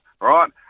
right